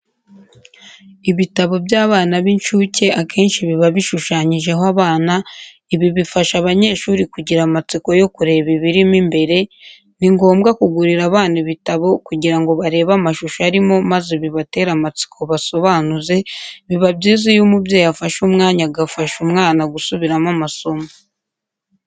Ibitabo by'abana b'incuke akenshi biba bishushanyijeho abana, ibi bifasha abanyeshuri kugira amatsiko yo kureba ibirimo imbere, ni ngombwa kugurira abana ibitabo kugira ngo barebe amashusho arimo maze bibatere amatsiko basobanuze, biba byiza iyo umubyeyi afashe umwanya agafasha umwana gusubiramo amasomo.